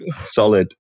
solid